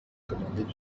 commandée